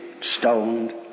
stoned